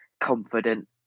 confident